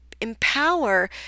empower